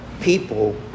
People